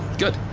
good